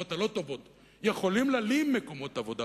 בתקופות הלא-טובות יכולים להלאים מקומות עבודה,